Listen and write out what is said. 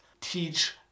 teach